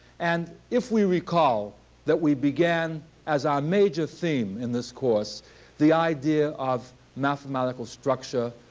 and if we recall that we began as our major theme in this course the idea of mathematical structure,